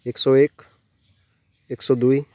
एक सय एक एक सय दुई